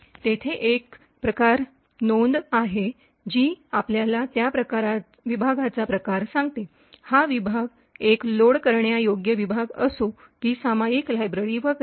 तेथे एक प्रकार नोंद आहे जी आपल्याला त्या विभागाचा प्रकार सांगते हा विभाग एक लोड करण्यायोग्य विभाग असो की सामायिक लायब्ररी वगैरे